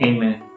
Amen